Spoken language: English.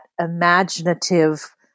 imaginative